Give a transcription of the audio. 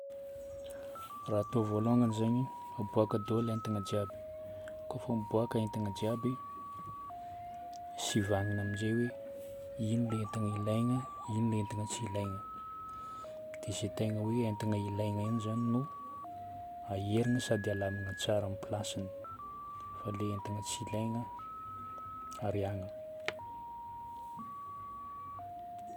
Raha atao vôlongany zagny, aboaka daholo entana jiaby. Kôfa miboaka entana jiaby, sivagnina amin'izay hoe ino ilay entana ilaigna, ino ilay entana tsy ilaigna. Dia zay tegna hoe entana ilaigna ihany zagny no aherigna sady alamina tsara amin'ny placeny fa ilay entana tsy ilaigna ariagna.